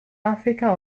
africa